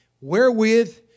wherewith